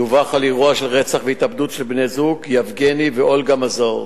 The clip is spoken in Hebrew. דווח על אירוע של רצח והתאבדות של בני-הזוג יבגני ואולגה מזור.